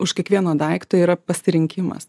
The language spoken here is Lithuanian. už kiekvieno daikto yra pasirinkimas